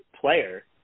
player